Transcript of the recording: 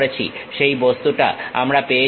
সেই বস্তুটা আমরা পেয়েছি